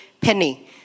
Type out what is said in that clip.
penny